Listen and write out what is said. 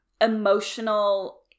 emotional